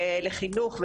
לחינוך,